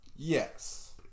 Yes